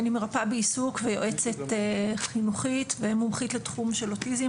אני מרפאה בעיסוק ויועצת חינוכית ומומחית לתחום של אוטיזם,